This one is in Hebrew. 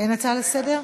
אין הצעה לסדר-היום?